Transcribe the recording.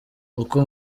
uko